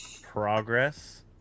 progress